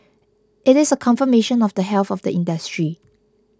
it is a confirmation of the health of the industry